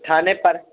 थाने पर